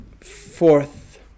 fourth